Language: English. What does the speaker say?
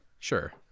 Sure